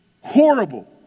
Horrible